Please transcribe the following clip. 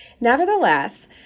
Nevertheless